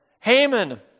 Haman